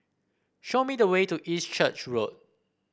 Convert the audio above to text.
show me the way to East Church Road